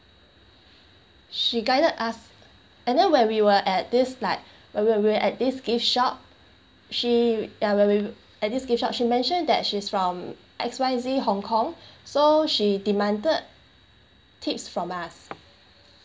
she guided us and then when we were at this like when we were at is gift shop she ya when we w~ at this gift shop she mentioned that she's from X Y Z hong kong so she demanded tips from us